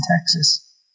Texas